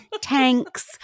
tanks